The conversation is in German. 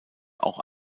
auch